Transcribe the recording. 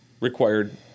required